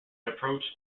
approached